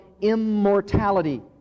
immortality